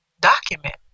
document